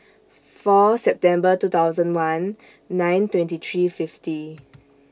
four September two thousand one nine twenty three fifty